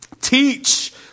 teach